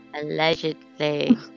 Allegedly